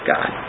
God